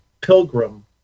Pilgrim